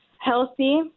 healthy